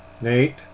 Nate